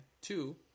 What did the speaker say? two